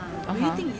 (uh huh)